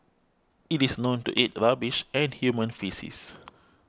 it is known to eat rubbish and human faeces